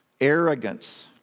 arrogance